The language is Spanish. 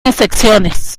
excepciones